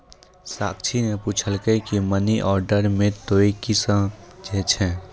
साक्षी ने पुछलकै की मनी ऑर्डर से तोंए की समझै छौ